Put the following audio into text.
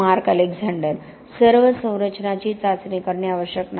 mark Alexander सर्व संरचनांची चाचणी करणे आवश्यक नाही